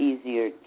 easier